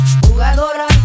Jugadoras